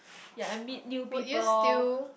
yeah and meet new people